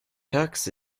tux